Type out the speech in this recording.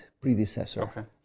predecessor